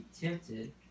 tempted